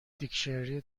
دیکشنری